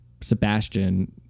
Sebastian